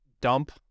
dump